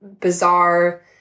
bizarre